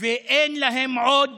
ואין להם עוד